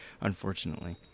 unfortunately